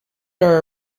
are